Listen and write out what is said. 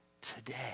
today